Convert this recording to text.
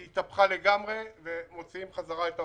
היא התהפכה לגמרי ומוציאים בחזרה את העובדים.